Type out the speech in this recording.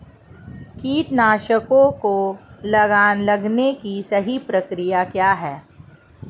कीटनाशकों को लगाने की सही प्रक्रिया क्या है?